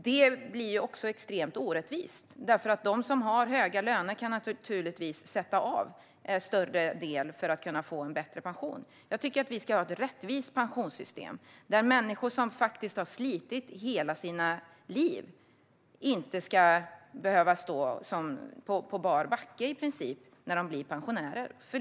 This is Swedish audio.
Det blir ju extremt orättvist, för de som har höga löner kan naturligtvis sätta av en större del för att få en bättre pension. Jag tycker att vi ska ha ett rättvist pensionssystem där människor som faktiskt har slitit i hela sina liv inte ska behöva i princip stå på bar backe när de blir pensionärer.